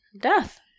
death